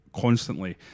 constantly